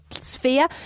sphere